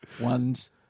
one's